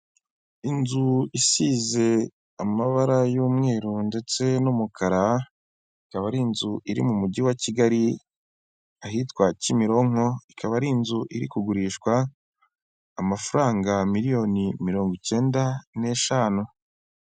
Inzu isize amabara y'umweru ndetse n'umukara, ikaba ari inzu iri mu mujyi wa Kigali ahitwa Kimironko, ikaba ari inzu iri kugurishwa amafaranga miliyoni mirongo icyenda n'eshanu.